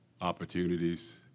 opportunities